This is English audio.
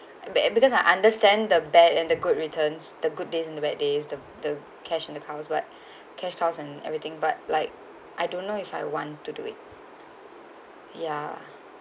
be~ because I understand the bad and the good returns the good days and the bad days the the cash in accounts but cash cows and everything but like I don't know if I want to do it ya